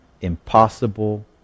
impossible